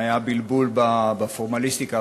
כאן היה בלבול בפורמליסטיקה,